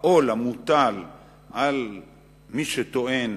העול מוטל על מי שטוען